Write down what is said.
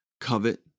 covet